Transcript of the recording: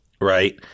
Right